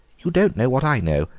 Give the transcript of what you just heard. you don't know what i know,